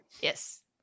Yes